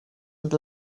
and